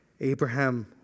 Abraham